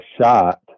shot